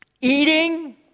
eating